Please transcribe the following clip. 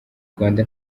rwanda